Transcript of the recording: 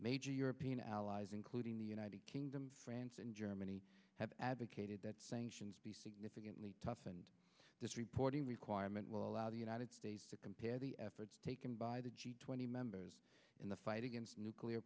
major european allies including the united kingdom france and germany have advocated that sanctions be significantly tough and this reporting requirement will allow the united states to compare the efforts taken by the g twenty members in the fight against nuclear